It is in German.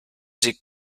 sie